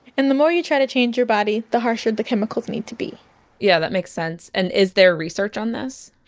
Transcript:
and the more you're trying to change your body, the harsher the chemicals need to be yeah that makes sense. and is there research about this?